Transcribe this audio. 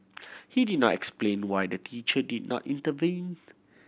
he did not explain why the teacher did not intervene